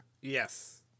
Yes